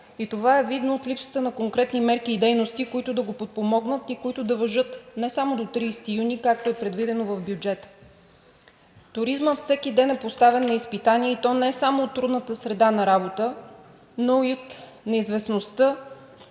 Това е видно от липсата на конкретни мерки и дейности, които да го подпомогнат и които да важат не само до 30 юни, както е предвидено в бюджета. Туризмът всеки ден е поставен на изпитание, и то не само от трудната среда на работа, но и от неизвестността,